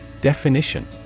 Definition